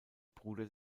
bruder